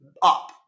Up